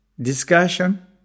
discussion